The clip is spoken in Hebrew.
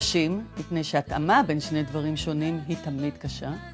קשים, מפני שהטעמה בין שני דברים שונים היא תמיד קשה.